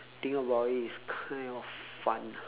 think about it it's kind of fun lah